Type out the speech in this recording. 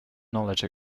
knowledge